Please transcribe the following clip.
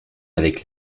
avec